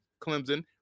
Clemson